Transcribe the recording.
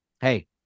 Hey